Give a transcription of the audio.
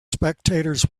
spectators